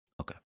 Okay